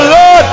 Lord